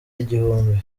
igihumbi